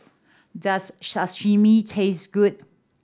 does Sashimi taste good